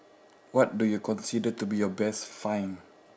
what do you consider to be your best find